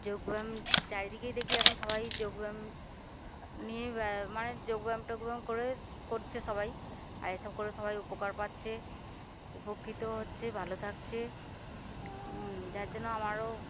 যোগব্যায়াম চারিদিকেই দেখি এখন সবাই যোগব্যায়াম নিয়ে মানে যোগব্যায়াম টোগব্যায়াম করে করছে সবাই আর এসব করে সবাই উপকার পাচ্ছে উপকৃত হচ্ছে ভালো থাকছে যার জন্য আমারও